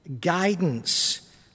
guidance